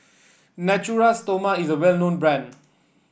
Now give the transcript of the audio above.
Natura Stoma is a well known brand